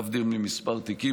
להבדיל ממספר התיקים,